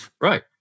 Right